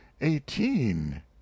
eighteen